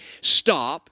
stop